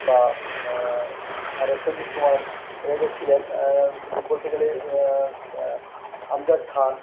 বা আরো সঞ্জীব কুমার এরা যে ছিলেন বলতে গেলে আমজাদ খান